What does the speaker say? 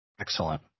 Excellent